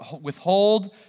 withhold